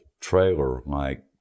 trailer-like